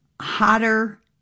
hotter